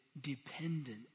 dependent